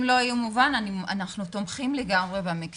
אם זה לא היה מובן, אנחנו תומכים לגמרי בחוק.